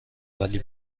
ولی